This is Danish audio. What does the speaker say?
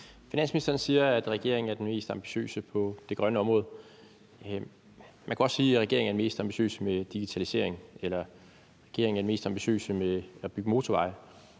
Finansministeren siger, at regeringen er den mest ambitiøse på det grønne område. Man kunne også sige, at regeringen er den mest ambitiøse på digitaliseringsområdet, eller at regeringen